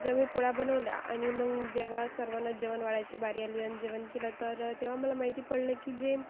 जेव मी पोळ्या बनवल्या आणि मग जेव्हा सर्वांना जेवण वाढायची बारी आली आणि जेवण केलं तर तेव्हा मला माहिती पडलं की जे